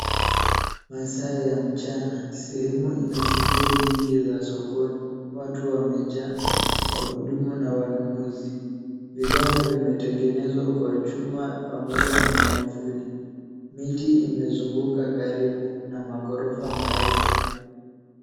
Masaa ya mchana. Sehemu ina shughuli nyingi za sokoni. Watu wamejaa. Wahudumu na wanunuzi. Vibanda vimetengenezwa kwa chuma pamoja na miavuli. Miti imezunguka karibu na maghorofa marefu.